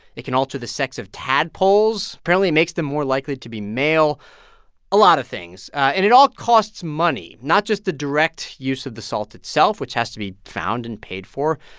it can alter the sex of tadpoles. apparently, it makes them more likely to be male a lot of things. and it all costs money not just the direct use of the salt itself, which has to be found and paid for,